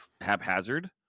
haphazard